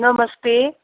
नमस्ते